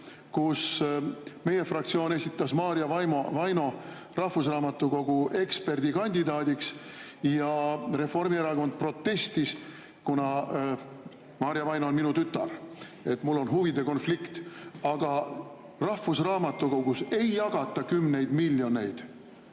kus meie fraktsioon esitas Maarja Vaino rahvusraamatukogu eksperdikandidaadiks. Ja Reformierakond protestis, kuna Maarja Vaino on minu tütar: mul on nagu huvide konflikt. Ent rahvusraamatukogus ei jagata kümneid miljoneid,